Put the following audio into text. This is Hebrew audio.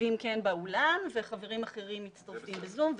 יושבים כן באולם וחברים אחרים מצטרפים בזום,